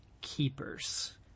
keepers